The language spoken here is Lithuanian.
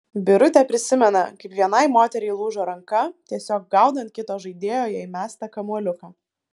birutė prisimena kaip vienai moteriai lūžo ranka tiesiog gaudant kito žaidėjo jai mestą kamuoliuką